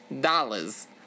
dollars